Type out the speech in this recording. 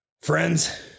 Friends